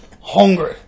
Hungry